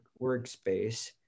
workspace